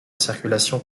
circulation